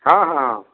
ହଁ ହଁ